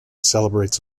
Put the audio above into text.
celebrates